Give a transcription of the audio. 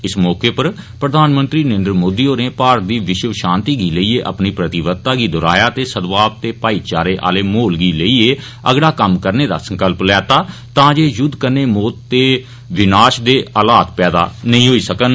इस मौके पर प्रधानमंत्री नरेन्द्र मोदी होरें भारत दी विश्व शांति गी लेइयै अपनी प्रतिबद्धता गी दोहराया ते सद्भाव ते भाईचारें आह्ले माहौल गी लेइयै अगड़ा कम्म करने दा संकल्प लैता तां जे युद्ध कन्नै मौत ते विनाश दे हालात पैदा नेईं होई सकन